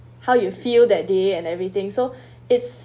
how you feel that day and everything so it's